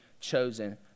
chosen